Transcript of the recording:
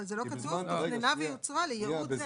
כתוב "תוכננה ויוצרה לייעוד זה".